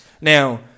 Now